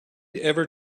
ever